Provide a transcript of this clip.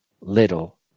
little